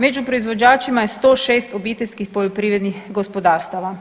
Među proizvođačima je 106 obiteljskih poljoprivrednih gospodarstava.